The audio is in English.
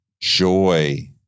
joy